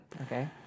Okay